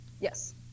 yes